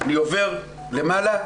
אני עובר למעלה,